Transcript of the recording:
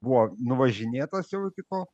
buvo nuvažinėtas jau iki tol